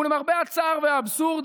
למרבה הצער והאבסורד,